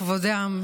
לכבודם,